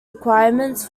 requirements